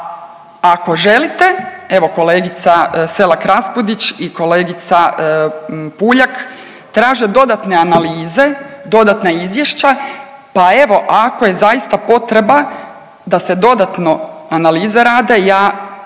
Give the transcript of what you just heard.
ako želite, evo kolegica Selak-Raspudić i kolegica Puljak traže dodatne analize, dodatna izvješća, pa evo ako je zaista potreba da se dodatno analize rade ja